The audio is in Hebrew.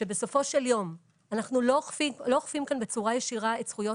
שבסופו של יום אנחנו לא אוכפים כאן בצורה ישירה את זכויות